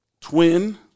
twin